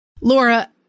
Laura